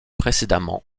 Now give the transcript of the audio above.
précédemment